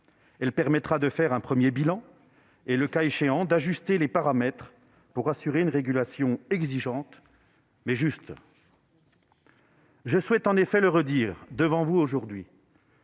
Elle permettra de dresser un premier bilan et, le cas échéant, d'ajuster les paramètres pour assurer une régulation exigeante, mais équitable. Mes chers collègues, je souhaite le redire devant vous aujourd'hui